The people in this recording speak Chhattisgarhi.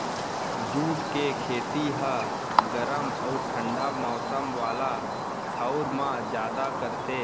जूट के खेती ह गरम अउ ठंडा मौसम वाला ठऊर म जादा करथे